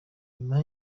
nyuma